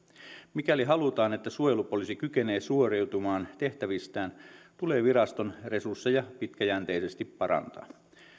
mikäli halutaan että suojelupoliisi kykenee suoriutumaan tehtävistään tulee viraston resursseja pitkäjänteisesti parantaa